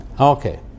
Okay